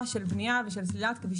שלטון מקומי,